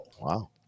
Wow